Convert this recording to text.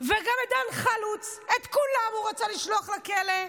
וגם על דן חלוץ, את כולם הוא רצה לשלוח לכלא.